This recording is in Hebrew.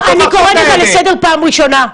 אני קוראת אותך לסדר פעם ראשונה.